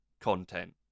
content